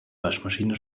waschmaschine